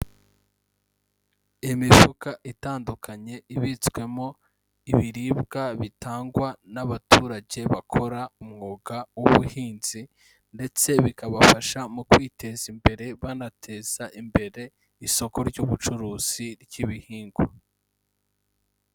Imifuka itandukanye ibitswemo ibiribwa bitangwa n'abaturage bakora umwuga w'ubuhinzi ndetse bikabafasha mu kwiteza imbere banateza imbere isoko ry'ubucuruzi ry'ibihingwa.